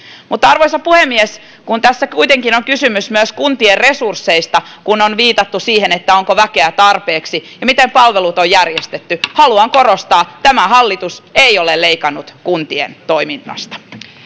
mutta arvoisa puhemies kun tässä kuitenkin on kysymys myös kuntien resursseista kun on viitattu siihen onko väkeä tarpeeksi ja miten palvelut on järjestetty haluan korostaa tämä hallitus ei ole leikannut kuntien toiminnasta